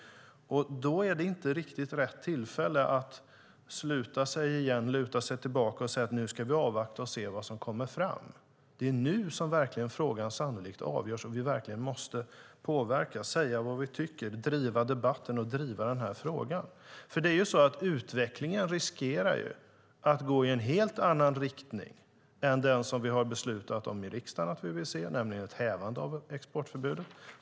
Då är det inte riktigt rätt tillfälle att sluta sig, luta sig tillbaka och säga att vi nu ska avvakta och se vad som kommer fram. Det är nu frågan sannolikt avgörs och vi verkligen måste påverka - säga vad vi tycker, driva debatten och driva frågan. Det är nämligen så att utvecklingen riskerar att gå i en helt annan riktning än den vi har beslutat om i riksdagen att vi vill se, nämligen ett hävande av exportförbudet.